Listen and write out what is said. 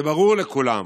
זה ברור לכולם